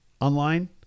online